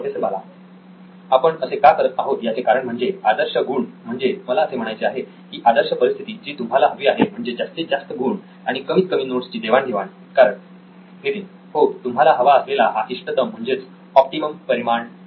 professor Bala आपण असे का करत आहोत याचे कारण म्हणजे आदर्श गुण म्हणजे मला असे म्हणायचे आहे की आदर्श परिस्थिती जी तुम्हाला हवी आहे म्हणजे जास्तीत जास्त गुण आणि कमीत कमी नोट्सची देवाण घेवाण कारण